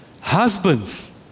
Husbands